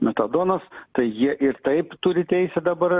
metadonas tai jie ir taip turi teisę dabar